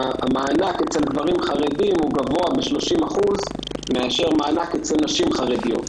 המענק אצל גברים חרדים גבוה ב-30% מאשר מענק אצל נשים חרדיות.